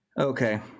Okay